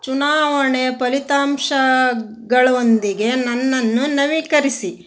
ಚುನಾವಣೆ ಫಲಿತಾಂಶಗಳೊಂದಿಗೆ ನನ್ನನ್ನು ನವೀಕರಿಸಿ